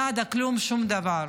נאדה, כלום, שום דבר.